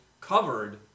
covered